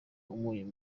umunyu